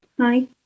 Hi